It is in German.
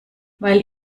weil